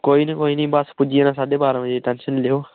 कोई नी कोई नी बस पुज्जी जाना साड्ढे बारां बजे टेन्शन नी लैयो